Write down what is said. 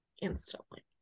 instantly